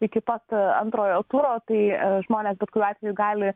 iki pat antrojo turo tai žmonės bet kuriuo atveju gali